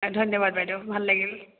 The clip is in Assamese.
ধন্যবাদ বাইদেউ ভাল লাগিল